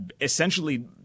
essentially